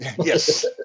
Yes